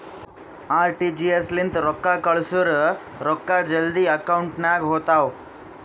RTGS ಲಿಂತ ರೊಕ್ಕಾ ಕಳ್ಸುರ್ ರೊಕ್ಕಾ ಜಲ್ದಿ ಅಕೌಂಟ್ ನಾಗ್ ಹೋತಾವ್